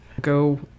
go